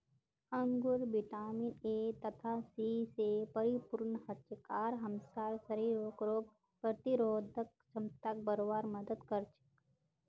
अंगूर vitamin A तथा C स परिपूर्ण हछेक आर हमसार शरीरक रोग प्रतिरोधक क्षमताक बढ़वार मदद कर छेक